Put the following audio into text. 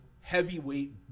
heavyweight